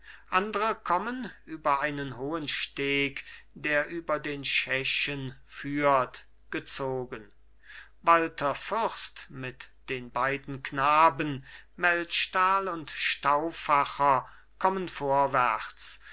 andere kommen über einen hohen steg der über den schächen führt gezogen walther fürst mit den beiden knaben melchtal und stauffacher kommen vorwärts